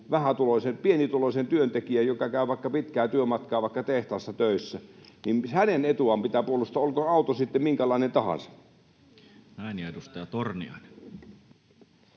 pienituloisen työntekijän, joka vaikka käy pitkää työmatkaa tehtaassa töissä, etua pitää puolustaa, olkoon auto sitten minkälainen tahansa. [Petri